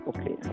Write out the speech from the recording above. Okay